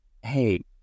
hey